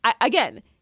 again